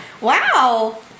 Wow